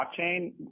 blockchain